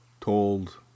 Told